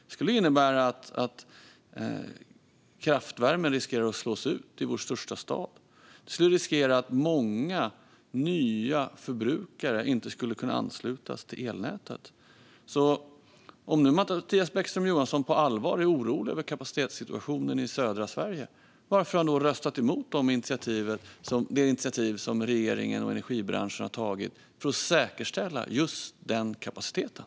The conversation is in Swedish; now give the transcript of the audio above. Det skulle innebära att kraftvärmen riskerar att slås ut i vår största stad och att många nya förbrukare inte kan anslutas till elnätet. Om Mattias Bäckström Johansson på allvar är orolig över kapacitetssituationen i södra Sverige, varför röstade han då emot det initiativ som regeringen och energibranschen tagit för att säkerställa just den kapaciteten?